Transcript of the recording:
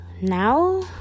now